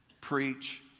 Preach